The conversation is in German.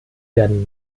werden